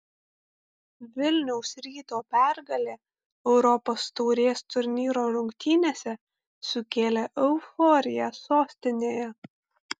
vilniaus ryto pergalė europos taurės turnyro rungtynėse sukėlė euforiją sostinėje